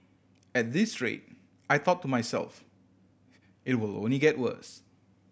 at this rate I thought to myself it will only get worse